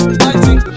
lighting